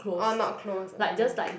all not close okay okay